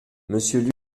mmonsieur